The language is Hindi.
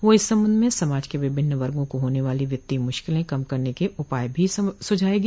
वह इस संबंध में समाज के विभिन्न वर्गों को होने वाली वित्तीय मुश्किलें कम करने के उपाय भी सुझाएगी